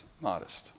modest